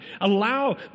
Allow